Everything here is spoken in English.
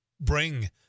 bring